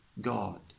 God